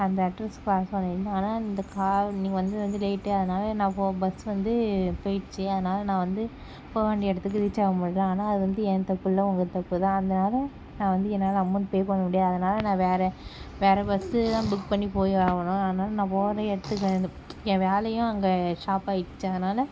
அந்த அட்ரெஸ்க்கு வர சொல்லியிருந்தேன் ஆனால் இந்த கார் நீங்கள் வந்தது வந்து லேட்டு அதனால நான் போ பஸ் வந்து போயிட்ச்சு அதனால நான் வந்து போவ வேண்டிய இடத்துக்கு ரீச்சாவ முடியல ஆனால் அது வந்து ஏன் தப்பு இல்லை உங்கள் தப்பு தான் அதனால நான் வந்து என்னால் அமௌண்ட் பே பண்ண முடியாது அதனால நான் வேறு வேறு பஸ்ஸு தான் புக் பண்ணி போயாவணும் அதனால நான் போகிற இடத்துக்கு என் வேலையும் அங்கே ஸ்டாப் ஆயிட்ச்சி அதனால